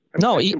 No